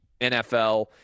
NFL